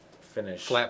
finish